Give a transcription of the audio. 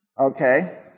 Okay